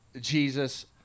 Jesus